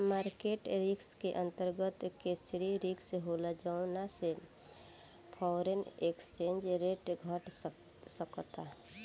market risk के अंतर्गत, currency risk होला जौना से फॉरेन एक्सचेंज रेट घट सकता